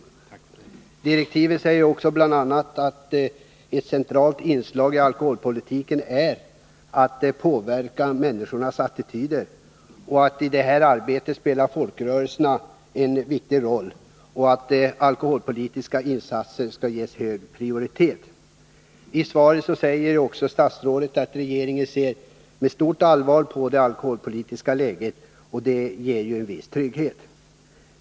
I direktiven sägs också bl.a. att ett centralt inslag i alkoholpolitiken är att påverka människors attityder och att folkrörelserna i det arbetet spelar en viktig roll. Vidare sägs att alkoholpolitiska insatser skall ges hög prioritet. I svaret säger också statsrådet att regeringen ser med stort allvar på det alkoholpolitiska läget, och det inger en viss trygghet.